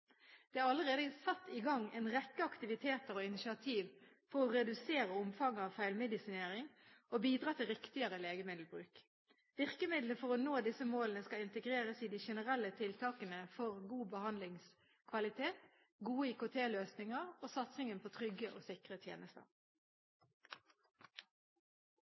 Det er allerede satt i gang en rekke aktiviteter og initiativ for å redusere omfanget av feilmedisinering og bidra til riktigere legemiddelbruk. Virkemidlene for å nå disse målene skal integreres i de generelle tiltakene for god behandlingskvalitet, gode IKT-løsninger og satsingen på trygge og sikre tjenester.